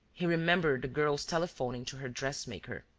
he remembered the girl's telephoning to her dressmaker.